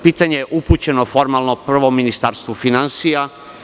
Pitanje je upućeno formalno prvo Ministarstvu finansija.